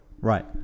Right